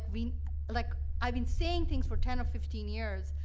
we like, i've been saying things for ten or fifteen years,